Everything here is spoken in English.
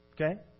Okay